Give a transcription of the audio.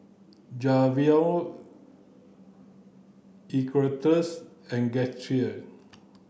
Erastus and Guthrie